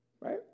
Right